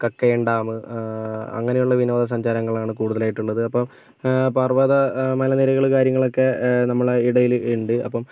Kakkayam dam അങ്ങനെ ഉള്ള വിനോദ സഞ്ചാരങ്ങളാണ് കൂടുതലായിട്ടും ഉള്ളത് അപ്പം പർവ്വത മലനിരകള് കാര്യങ്ങളൊക്കെ നമ്മളുടെ ഇടയില് ഉണ്ട് അപ്പം